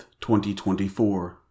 2024